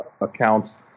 accounts